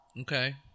Okay